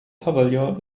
pavilion